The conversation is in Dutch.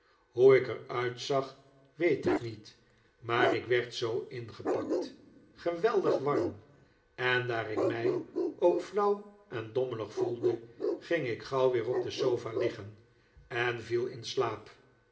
hoe ik er uitzag weet ik niet maar ik werd zoo ingepakt geweldig warm en daar ik mij ook flauw en dommelig voelde ging ik gauw weer op de sofa liggen en viel in slaap